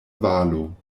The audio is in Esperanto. valo